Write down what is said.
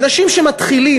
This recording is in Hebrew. אנשים שמתחילים.